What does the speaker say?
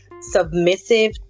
submissive